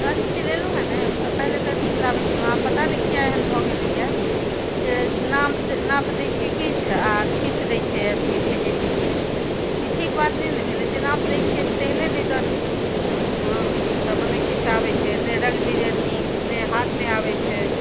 लहठी जे लेलहुँ ने पहिने तऽ नीक लाबै छलहुँ आब पता नहि किआ एहन भऽ गेलै है जे नाप दै छियै किछु आ किछु अथि दै छै भेजै छै किछु ई ठीक बात नहि ने भेलै जे नाप दै छियै तेहने दैतथिन हँ तऽ मने किछु आबै छै ने रङ्ग डिजाइन नीक ने हाथमे आबै छै